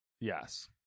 Yes